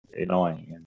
annoying